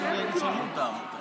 סיכום.